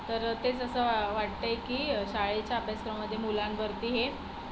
तर ते जसं वाटतं आहे की शाळेच्या अभ्यासक्रममध्ये मुलांवरती हे